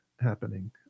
happening